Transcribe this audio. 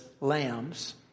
lambs